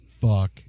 Fuck